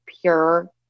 pure